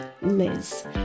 liz